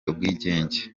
ubwigenge